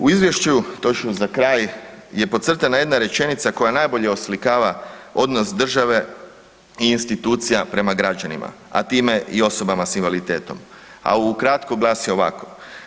U izvješću, točno za kraj, je podcrtana jedna rečenica koja najbolje oslikava odnos države i institucija prema građanima, a time i osobama s invaliditetom, a ukratko glasi ovako.